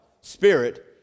Spirit